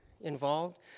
involved